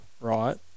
right